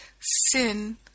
sin